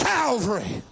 Calvary